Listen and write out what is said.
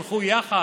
אם אתם תלכו יחד